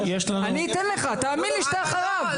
אני אתן לך, תאמין לי שאתה אחריו.